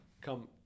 come